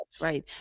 Right